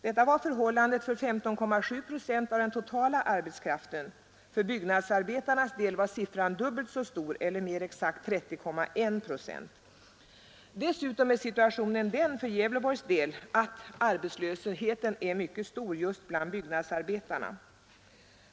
Detta var förhållandet för 15,7 procent av den totala arbetskraften. För byggnadsarbetarnas del var siffran dubbelt så stor, eller mer exakt 30,1 procent. Nu är därtill situationen för Gävleborgs del den att arbetslösheten är mycket stor just bland byggnadsarbetarna.